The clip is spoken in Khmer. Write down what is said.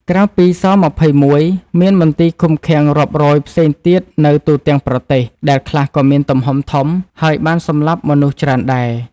ក្រៅពី ស-២១ មានមន្ទីរឃុំឃាំងរាប់រយផ្សេងទៀតនៅទូទាំងប្រទេស ដែលខ្លះក៏មានទំហំធំ ហើយបានសម្លាប់មនុស្សច្រើនដែរ។